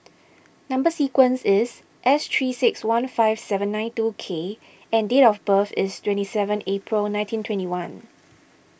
Number Sequence is S three six one five seven nine two K and date of birth is twenty seven April nineteen twenty one